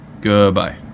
Goodbye